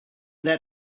that